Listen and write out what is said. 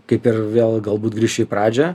kaip ir vėl galbūt grįšiu į pradžią